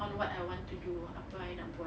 on what I want to do apa I nak buat